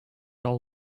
all